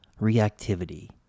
reactivity